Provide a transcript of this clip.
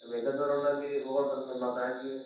ఇప్పుడు ఎంత దూరం ఉన్నది మీకు కూకట్పల్లిలో ఉన్న మా బ్రాంచ్కి